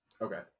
okay